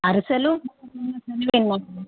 అరిసెలు